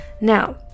Now